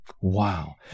Wow